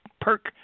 perk